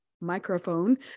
microphone